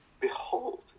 Behold